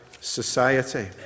society